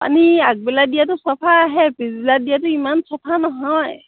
পানী আগবেলা দিয়াতটো চফা আহে পিছবিলা দিয়াটো ইমান চফা নহয়